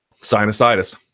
sinusitis